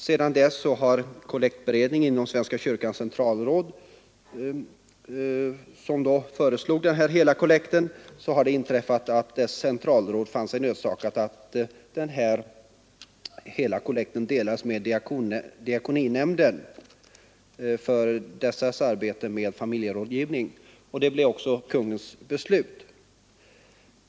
Sedan dess har emellertid kollektberedningen inom Svenska kyrkans centralråd, vilken ursprungligen föreslog upptagandet av rikskollekt för S:t Lukasstiftelsen, funnit sig nödsakad att föreslå att denna rikskollekt skulle delas med diakoninämnden för dess arbete med familjerådgivning, vilket också blev Kungl. Maj:ts beslut.